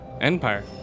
Empire